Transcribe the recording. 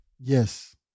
Yes